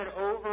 over